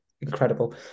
incredible